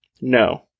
No